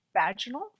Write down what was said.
vaginal